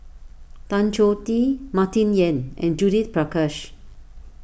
Tan Choh Tee Martin Yan and Judith Prakash